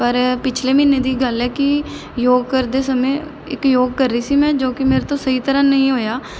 ਪਰ ਪਿਛਲੇ ਮਹੀਨੇ ਦੀ ਗੱਲ ਹੈ ਕਿ ਯੋਗ ਕਰਦੇ ਸਮੇਂ ਇੱਕ ਯੋਗ ਕਰ ਰਹੀ ਸੀ ਮੈਂ ਜੋ ਕਿ ਮੇਰੇ ਤੋਂ ਸਹੀ ਤਰ੍ਹਾਂ ਨਹੀਂ ਹੋਇਆ